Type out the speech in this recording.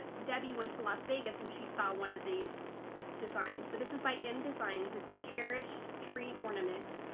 ah debbie went to las vegas and she saw one of these designs, but this is by m designs, it's the cherish tree ornament.